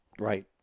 Right